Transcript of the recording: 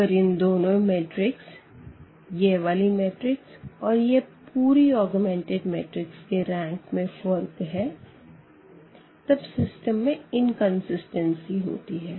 अगर इन दोनों मैट्रिक्स यह वाली मैट्रिक्स ओर यह पूरी ऑग्मेंटेड मैट्रिक्स के रैंक में फ़र्क़ है तब सिस्टम में कन्सिस्टेन्सी होती है